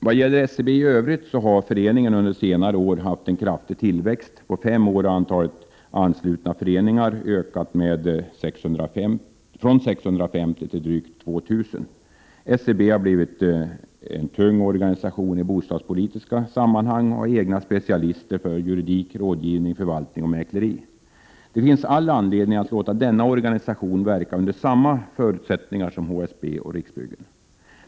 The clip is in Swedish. Vad gäller SBC i övrigt har föreningen under senare år haft en kraftig tillväxt. På fem år har antalet anslutna föreningar ökat från 650 till drygt 2 000. SBC har blivit en tung organisation i bostadspolitiska sammanhang och har egna specialister för juridik, rådgivning, förvaltning och mäkleri. Det finns all anledning att låta denna organisation verka under samma förutsättningar som HSB och Riksbyggen.